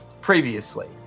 previously